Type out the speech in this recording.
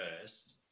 first